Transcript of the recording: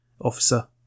officer